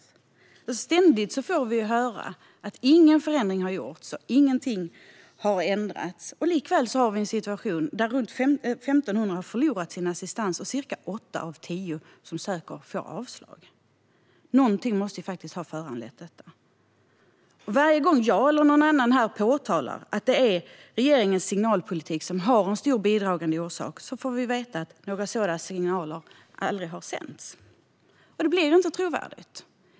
Vi får ständigt höra att ingen förändring har gjorts och att ingenting har ändrats. Likväl har vi en situation där runt 1 500 har förlorat sin assistans och där cirka åtta av tio som söker får avslag. Någonting måste faktiskt ha föranlett detta. Varje gång som jag eller någon annan här påpekar att det är regeringens signalpolitik som är en stor bidragande orsak får vi veta att några sådana signaler aldrig har sänts. Det blir inte trovärdigt.